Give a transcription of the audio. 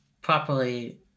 properly